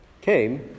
came